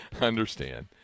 understand